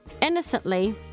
innocently